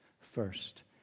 First